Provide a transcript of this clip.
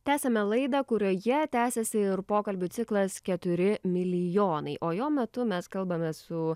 tęsiame laidą kurioje tęsiasi ir pokalbių ciklas keturi milijonai o jo metu mes kalbamės su